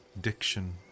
Diction